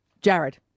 Jared